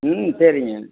ம் சரிங்க